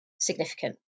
significant